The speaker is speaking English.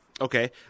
Okay